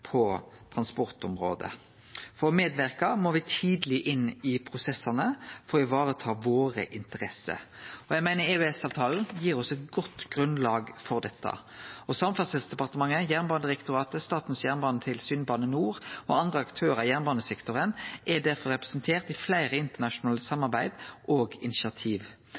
på transportområdet. For å medverke må me tidleg inn i prosessane for å ta i vare våre interesser. Eg meiner EØS-avtalen gir oss eit godt grunnlag for dette, og Samferdselsdepartementet, Jernbanedirektoratet, Statens jernbanetilsyn, Bane NOR og andre aktørar i jernbanesektoren er derfor representerte i fleire internasjonale samarbeid og initiativ.